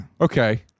Okay